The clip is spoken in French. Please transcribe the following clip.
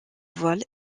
voile